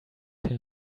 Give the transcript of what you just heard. him